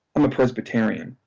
i'm a presbyterian.